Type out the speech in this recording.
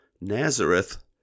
Nazareth